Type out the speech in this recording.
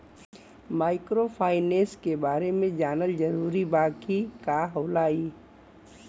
Microfinance के बारे में जानल जरूरी बा की का होला ई?